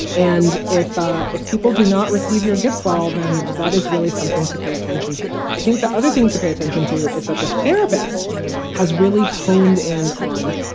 and if ah if people do not receive your gifts, well, then that is really something to pay attention to. i think the other thing to pay attention to is that the therapist has really honed in on,